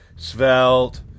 Svelte